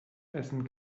essen